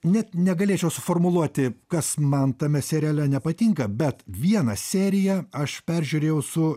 net negalėčiau suformuluoti kas man tame seriale nepatinka bet vieną seriją aš peržiūrėjau su